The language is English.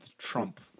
Trump